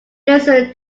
listen